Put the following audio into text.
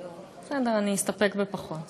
בסדר, אני אסתפק בפחות.